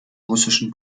russischen